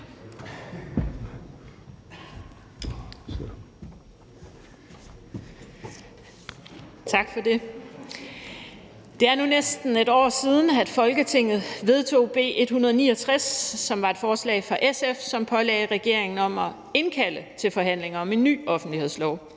Tak for det. Det er nu næsten et år siden, at Folketinget vedtog B 169, som var et forslag fra SF, og som pålagde regeringen at indkalde til forhandlinger om en ny offentlighedslov.